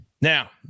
Now